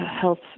health